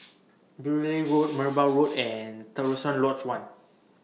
Beaulieu Road Merbau Road and Terusan Lodge one